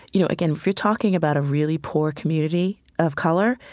you know, again, if you're talking about a really poor community of color,